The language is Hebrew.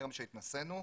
אחרי שהתנסינו,